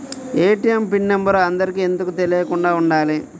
ATM pin number అందరికి ఎందుకు తెలియకుండా ఉండాలి?